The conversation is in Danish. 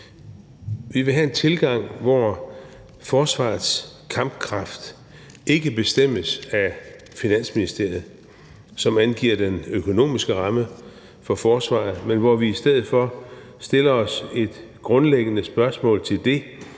Vi vil have en tilgang, hvor forsvarets kampkraft ikke bestemmes af Finansministeriet, som angiver den økonomiske ramme for forsvaret, men hvor vi i stedet for stiller os et grundlæggende spørgsmål til det,